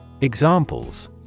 Examples